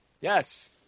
Yes